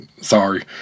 Sorry